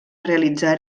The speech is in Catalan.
realitzar